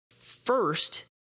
first